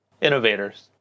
innovators